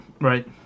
right